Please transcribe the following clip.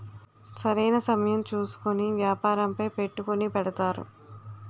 సరైన సమయం చూసుకొని వ్యాపారంపై పెట్టుకుని పెడతారు